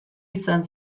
izan